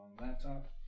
laptop